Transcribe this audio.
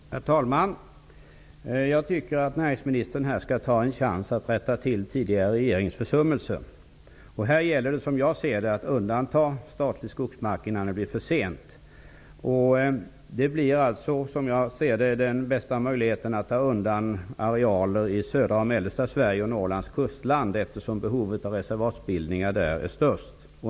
Herr talman! Jag tycker att näringsministern här skall ta chansen att rätta till den tidigare regeringens försummelser. Här gäller det som jag ser det att undanta statlig skogsmark innan det blir för sent. Den bästa möjligheten är att ta undan arealer i södra och mellersta Sverige och i Norrlands kustland, eftersom behovet av reservatsbildningar där är störst.